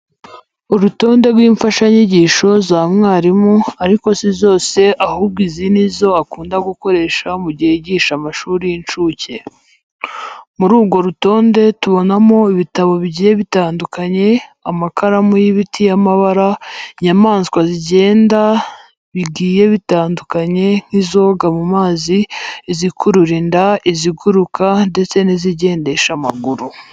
Urutonde rw'imfashanyigisho za mwarimu, ariko si zose ahubwo izi ni izo akunda gukoresha mu gihe yigisha amashuri y'incuke. Muri urwo rutonde tubonamo ibitabo bigiye bitandukanye, amakaramu y'ibiti y'amabara, inyamaswa zigenda bigiye bitandukanye nk'izoga mu mazi, izikurura inda, iziguruka ndetse n'izigendesha amaguru.